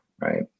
right